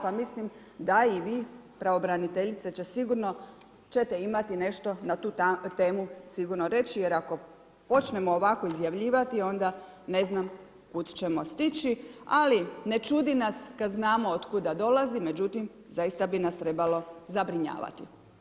Pa i mislim da i vi pravobraniteljice, sigurno ćete imati nešto na tu temu nešto reći, jer ako počnemo ovako izjavljivati, onda ne znam kuda ćemo stići, ali ne čudi nas, kada znamo od kuda dolazi, međutim, zaista bi nas trebalo zabrinjavati.